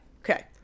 okay